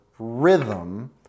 rhythm